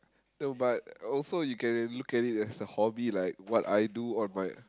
no but also you can look at it as a hobby like what I do on my